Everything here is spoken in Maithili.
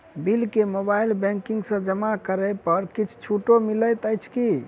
बिल केँ मोबाइल बैंकिंग सँ जमा करै पर किछ छुटो मिलैत अछि की?